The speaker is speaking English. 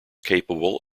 capable